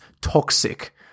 toxic